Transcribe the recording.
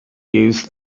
uses